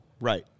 Right